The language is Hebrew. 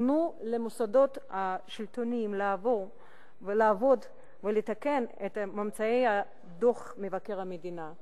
תנו למוסדות השלטוניים לעבוד ולתקן את ממצאי דוח מבקר המדינה.